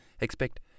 Expect